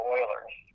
Oilers